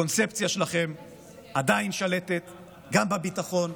הקונספציה שלכם עדיין שלטת גם בביטחון,